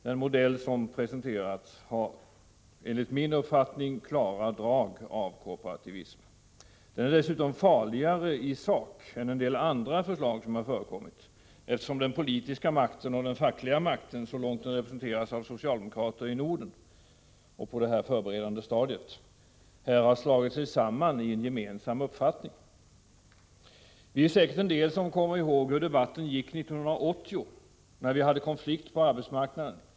Den modell som presenterats har enligt min uppfattning klara drag av korporativism. Den är dessutom farligare i sak än en del andra förslag som har förekommit, eftersom den politiska makten och den fackliga makten, så långt den representeras av socialdemokrater i Norden, på detta förberedande stadium har slagit sig samman och redovisat en gemensam uppfattning. Många kommer säkert ihåg hur debatten fördes 1980, när vi hade konflikt på arbetsmarknaden.